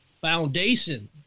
foundation